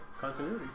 Continuity